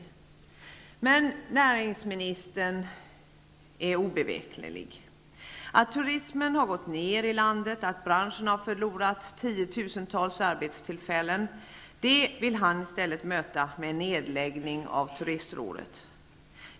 Men näringsministern är obeveklig. Att turismen har gått ner i landet, att branschen har förlorat tiotusentals arbetstillfällen, vill han möta med nedläggning av Turistrådet.